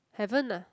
haven't lah